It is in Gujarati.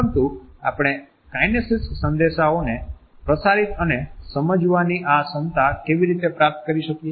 પરંતુ આપણે કાઈનેસીક્સ સંદેશાઓને પ્રસારિત અને સમજવાની આ ક્ષમતા કેવી રીતે પ્રાપ્ત કરી શકીએ